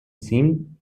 seem